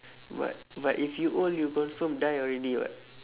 but but if you old you confirm die already [what]